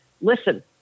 listen